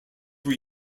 were